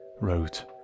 wrote